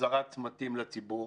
החזרת צמתים לציבור.